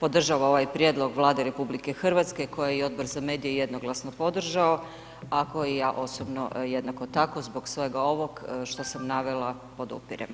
podržava ovaj prijedlog Vlade RH koji je i Odbor za medije jednoglasno podržao, a koji ja osobno jednako tako zbog svega ovog što sam navela podupirem.